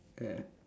ya